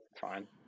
Fine